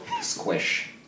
squish